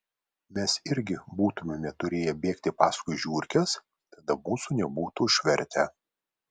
mes irgi būtumėme turėję bėgti paskui žiurkes tada mūsų nebūtų užvertę